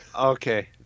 Okay